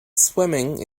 swimming